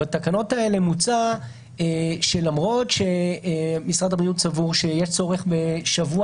בתקנות הלאה מוצע שלמרות שמשרד הבריאות סבור שיש צורך בשבוע